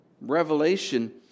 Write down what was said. Revelation